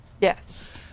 Yes